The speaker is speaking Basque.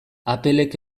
applek